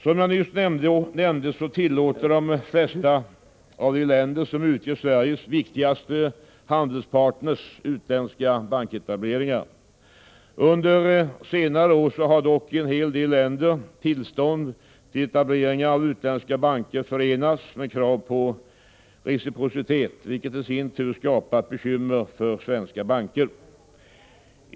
Som jag nyss nämnde, tillåter de flesta av de länder som utgör Sveriges viktigaste handelspartner utländska banketableringar. Under senare år har dock i en del länder tillstånd till etableringar av utländska banker förenats med krav på reciprocitet, vilket i sin tur skapat bekymmer för de svenska bankerna.